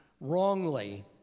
wrongly